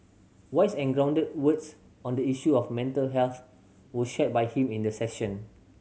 wise and grounded words on the issue of mental health were shared by him in the session